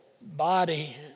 body